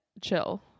chill